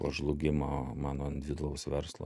po žlugimo mano individualaus verslo